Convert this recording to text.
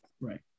Right